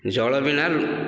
ଜଳ ବିନା